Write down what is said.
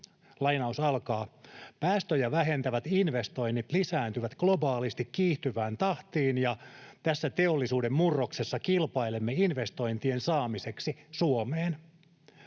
kirjattu: ”Päästöjä vähentävät investoinnit lisääntyvät globaalisti kiihtyvään tahtiin, ja tässä teollisuuden murroksessa kilpailemme investointien saamiseksi Suomeen.